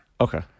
Okay